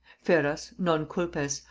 feras, non culpes,